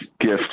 gift